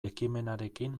ekimenarekin